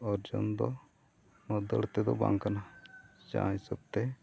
ᱚᱨᱡᱚᱱ ᱫᱚ ᱱᱚᱣᱟ ᱫᱟᱹᱲ ᱛᱮᱫᱚ ᱵᱟᱝ ᱠᱟᱱᱟ ᱡᱟᱦᱟᱸ ᱦᱤᱥᱟᱹᱵᱽᱛᱮ